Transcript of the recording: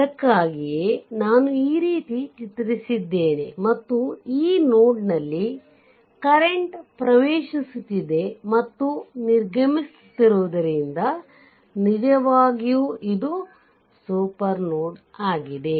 ಅದಕ್ಕಾಗಿಯೇ ನಾನು ಈ ರೀತಿ ಚಿತ್ರಿಸಿದ್ದೇನೆ ಮತ್ತು ಈ ನೋಡ್ ನಲ್ಲಿ ಕರೆಂಟ್ ಪ್ರವೇಶಿಸುತ್ತಿದೆ ಮತ್ತು ನಿರ್ಗಮಿಸುತ್ತಿರುವುದರಿಂದ ನಿಜವಾಗಿಯೂ ಇದು ಸೂಪರ್ ನೋಡ್ ಆಗಿದೆ